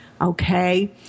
Okay